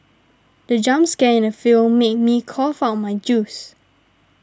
the jump scare in the film made me cough out my juice